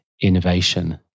innovation